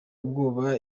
ubwoba